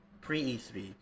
pre-E3